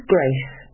Grace